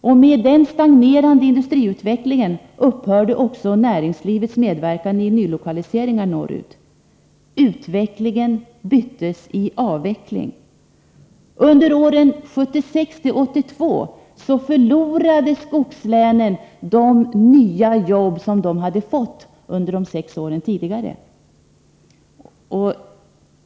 På grund av den stagnerande industriutvecklingen upphörde också näringslivets medverkan i nylokalisering norrut. Utvecklingen byttes i avveckling. Under åren 1976-1982 förlorade skogslänen de nya jobb de hade fått under de sex tidigare åren.